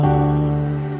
on